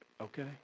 okay